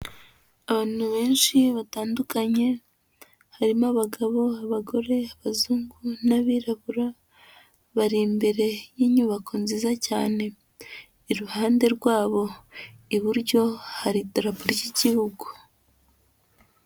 Abantu benshi batandukanye harimo abagabo, abagore, abazungu n'abirabura bari imbere y'inyubako nziza cyane iruhande rwabo iburyo hari idarapo ry'igihugu.